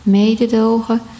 mededogen